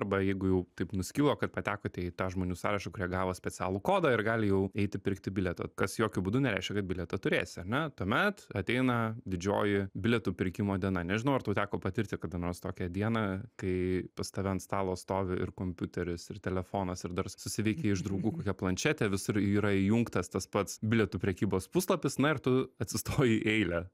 arba jeigu jau taip nuskilo kad patekote į tą žmonių sąrašą kurie gavo specialų kodą ir gali jau eiti pirkti bilietą kas jokiu būdu nereiškia kad bilietą turėsi ar ne tuomet ateina didžioji bilietų pirkimo diena nežinau ar tau teko patirti kada nors tokią dieną kai pas tave ant stalo stovi ir kompiuteris ir telefonas ir dar susiveiki iš draugų kokią planšetę visur yra įjungtas tas pats bilietų prekybos puslapis na ir tu atsistoji į eilę